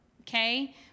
okay